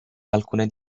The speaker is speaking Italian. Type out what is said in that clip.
alcune